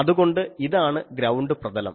അതുകൊണ്ട് ഇതാണ് ഗ്രൌണ്ട് പ്രതലം